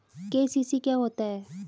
KCC क्या होता है?